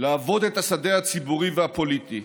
לעבוד את השדה הציבורי והפוליטי,